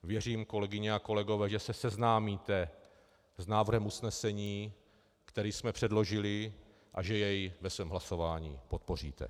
Věřím, kolegyně a kolegové, že se seznámíte s návrhem usnesení, který jsme předložili, a že jej ve svém hlasování podpoříte.